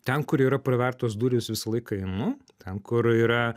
ten kur yra pravertos durys visą laiką einu ten kur yra